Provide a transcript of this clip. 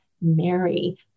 Mary